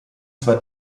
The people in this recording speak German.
zwar